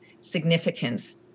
significance